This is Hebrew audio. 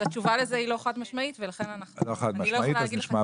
אז התשובה לזה היא לא חד משמעית ולכן אני לא יכולה להגיד לך כן או לא.